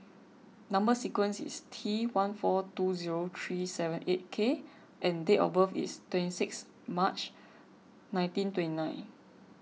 Number Sequence is T one four two zero three seven eight K and date of birth is twenty six March nineteen twenty nine